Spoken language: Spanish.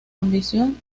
ambición